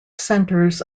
centers